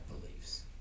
beliefs